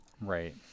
right